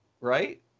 right